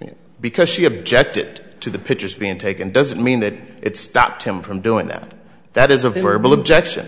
you know because she objected to the pictures being taken doesn't mean that it stopped him from doing that that is a verbal objection